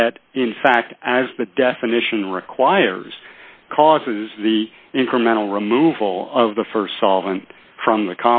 that in fact as the definition requires causes the incremental removal of the st solvent from the